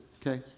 Okay